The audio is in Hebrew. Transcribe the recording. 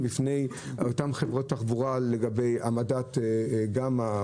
בפני אותן חברות תחבורה לגבי העמדת מסופים,